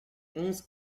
onze